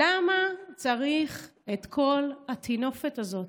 למה צריך את כל הטינופת הזאת?